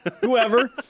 Whoever